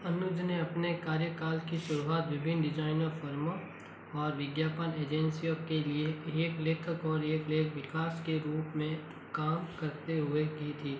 अनुज ने अपने कार्यकाल की शुरुआत विभिन्न डिजाइन फर्मों और विज्ञापन एजेंसियों के लिए एक लेखक और एक लेख विकास के रूप में काम करते हुए की थी